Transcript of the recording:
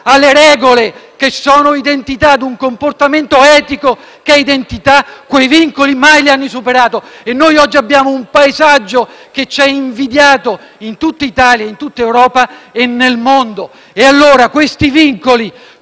alle regole (che sono identità) e a un comportamento etico (che è identità) quei vincoli mai li hanno superati. Oggi abbiamo un paesaggio che ci è invidiato in tutta Italia, in Europa e nel mondo. Questi vincoli,